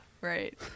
right